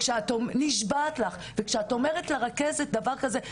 לא! אני נשבעת לך וכשאת אומרת לרכזת שלך דבר כזה,